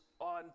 on